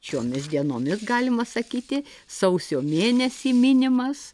šiomis dienomis galima sakyti sausio mėnesį minimas